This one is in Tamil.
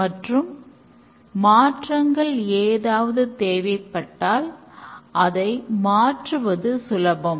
மேலும் கோடிங் எழுதுவது சோதனை மாதிரிகள் வெற்றி பெறும் வரும் நீடிக்கிறது